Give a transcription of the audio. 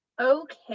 Okay